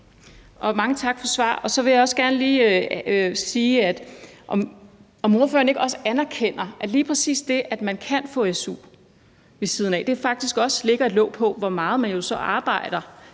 Mange tak for svar. Så vil jeg også gerne lige spørge, om ordføreren ikke også anerkender, at lige præcis det, at man kan få su ved siden af, faktisk også lægger et låg på, hvor meget man så arbejder.